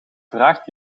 vraagt